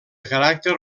caràcter